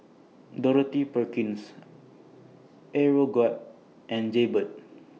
Dorothy Perkins Aeroguard and Jaybird